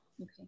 Okay